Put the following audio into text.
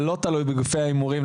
ולא תלוי בגופי ההימורים,